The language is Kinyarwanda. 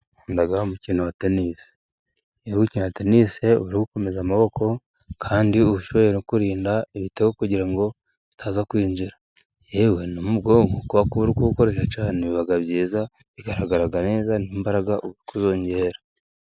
Nkunda umukino wa tenisi, iyo uri gukina tenisi uba uri ukomeza amaboko kandi ubushoboye no kurinda ibitego kugira ngo bitaza kwinjira, yewe n'umugongo kubera ko uri kuwukoresha cyane biba byiza bigaragara neza n'imbaraga uba uri kuzongera.